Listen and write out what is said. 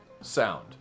Sound